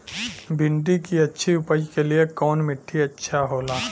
भिंडी की अच्छी उपज के लिए कवन मिट्टी अच्छा होला?